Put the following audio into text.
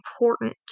important